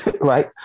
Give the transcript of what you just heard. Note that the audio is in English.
Right